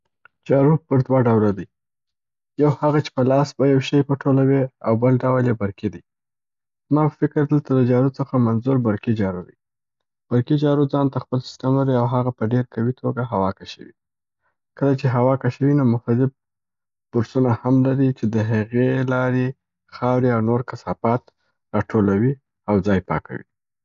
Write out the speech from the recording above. جارو پر دوه ډوله دي یو هغه چې په لاس به یو شي په ټولوې او بل ډول یې برقي دي. زما په فکر دلته د جارو څخه منظور برقي جارو دی. برقي جارو ځان ته خپل سیسټم لري او هغه په ډير قوي توګه هوا کشوي. کله چې هوا کشوي نو مختلیف بورسونه هم لري چې د هغې د لارې خاوري او نور کثافات را ټولوي او ځاي پاکوي.